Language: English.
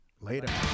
Later